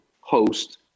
host